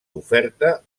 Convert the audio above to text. oferta